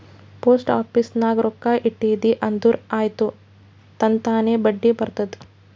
post office ನಾಗ್ ರೊಕ್ಕಾ ಇಟ್ಟಿದಿ ಅಂದುರ್ ಆಯ್ತ್ ತನ್ತಾನೇ ಬಡ್ಡಿ ಬರ್ತುದ್